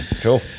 cool